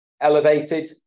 elevated